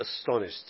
astonished